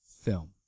film